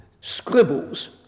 scribbles